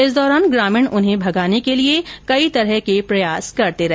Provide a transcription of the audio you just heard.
इस दौरान ग्रामीण इन्हें भगाने के लिए कई तरह के प्रयास करते रहे